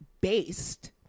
based